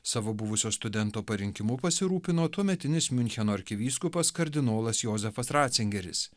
savo buvusio studento parinkimu pasirūpino tuometinis miuncheno arkivyskupas kardinolas jozefas ratzingeris